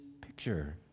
picture